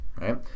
right